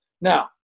Now